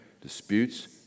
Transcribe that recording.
disputes